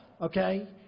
okay